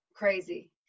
crazy